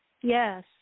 Yes